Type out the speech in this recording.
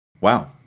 Wow